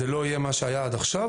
זה לא יהיה מה שהיה עד עכשיו,